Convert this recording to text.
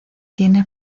tiene